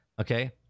Okay